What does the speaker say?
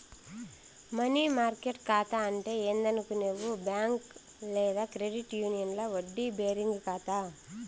money market కాతా అంటే ఏందనుకునేవు బ్యాంక్ లేదా క్రెడిట్ యూనియన్ల వడ్డీ బేరింగ్ కాతా